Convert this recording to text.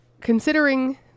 considering